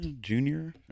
junior